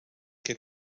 que